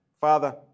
Father